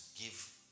give